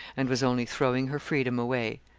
and was only throwing her freedom away.